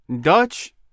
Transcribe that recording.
Dutch